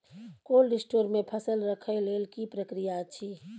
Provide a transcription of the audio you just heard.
Cold store मे फसल रखय लेल की प्रक्रिया अछि?